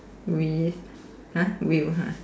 will !huh! will ha